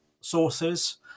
sources